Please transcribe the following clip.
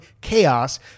CHAOS